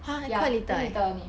ya very little only